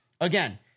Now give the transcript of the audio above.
again